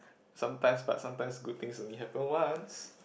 sometimes but sometimes good things only happen once